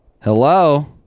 Hello